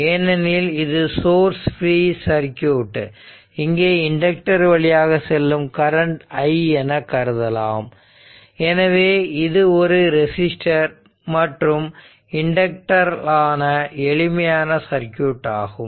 ஏனெனில் இது source free circuit இங்கே இண்டக்டர் வழியாக செல்லும் கரண்ட் i என கருதலாம் எனவே இது ஒரு ரெசிஸ்டர் மற்றும் இண்டக்டர் ஆல் ஆன எளிமையான சர்க்யூட் ஆகும்